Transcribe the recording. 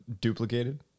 duplicated